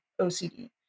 OCD